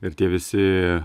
ir tie visi